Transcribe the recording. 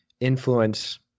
influence